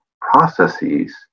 processes